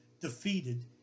defeated